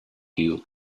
hue